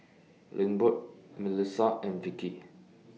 Lindbergh Milissa and Vickie